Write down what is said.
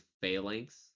phalanx